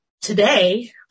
today